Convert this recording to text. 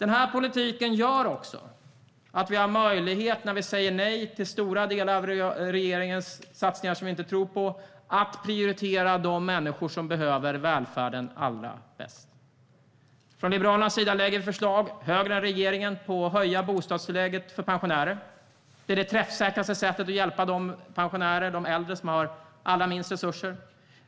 När vi säger nej till stora delar av regeringens satsningar som vi inte tror på gör denna politik att vi har möjlighet att prioritera de människor som behöver välfärden allra mest. Liberalerna lägger fram förslag om en höjning av bostadstillägget för pensionärer som är större än regeringens. Det är det mest träffsäkra sättet att hjälpa de pensionärer och äldre som har allra minst resurser.